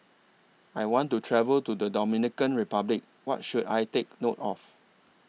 I want to travel to The Dominican Republic What should I Take note of